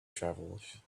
travelers